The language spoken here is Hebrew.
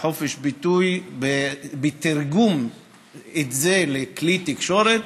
לחופש ביטוי בתרגום של זה לכלי תקשורת,